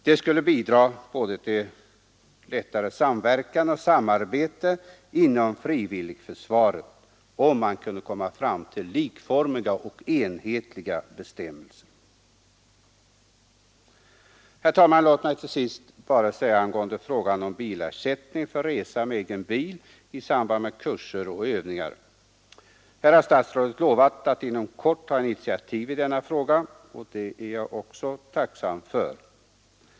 Det skulle underlätta samverkan och samarbete inom frivilligförsvaret om man kunde komma fram till likformiga och enhetliga bestämmelser. Herr talman! Låt mig till sist ta upp frågan om bilersättning för resa med egen bil i samband med kurser och övningar. Statsrådet har lovat att inom kort ta initiativ i denna fråga och det är jag tacksam för.